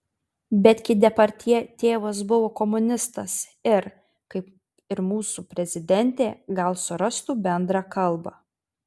bet gi depardjė tėvas buvo komunistas ir kaip ir mūsų prezidentė gal surastų bendrą kalbą